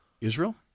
Israel